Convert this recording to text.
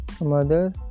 mother